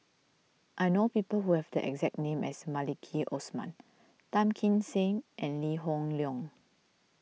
I know people who have the exact name as Maliki Osman Tan Kim Seng and Lee Hoon Leong